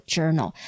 Journal